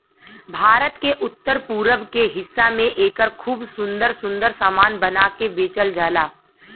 भारत के उत्तर पूरब के हिस्सा में एकर खूब सुंदर सुंदर सामान बना के बेचल जाला